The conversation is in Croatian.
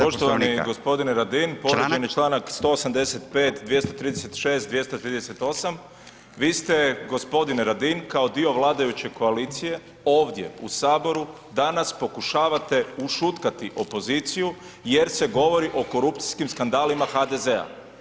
Poštovani gospodine Radin [[Upadica Radin: Članak?]] povrijeđen je članak 185., 236., 238. vi ste gospodine Radin kao dio vladajuće koalicije ovdje u Saboru danas pokušavate ušutkati opoziciju jer se govori o korupcijskim skandalima HDZ-a.